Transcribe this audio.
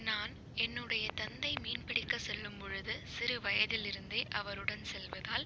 நான் என்னுடைய தந்தை மீன் பிடிக்கச் செல்லும் பொழுது சிறுவயதில் இருந்தே அவருடன் செல்வதால்